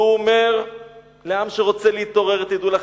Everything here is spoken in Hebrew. והוא אומר לעם שרוצה להתעורר: תדעו לכם,